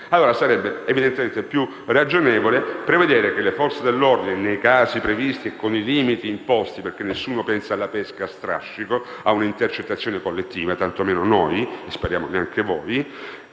Sarebbe evidentemente più ragionevole prevedere che alle Forze dell'ordine, nei casi previsti e con i limiti imposti - nessuno pensa alla pesca a strascico e a una intercettazione collettiva, tantomeno noi e speriamo neanche voi